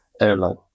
airline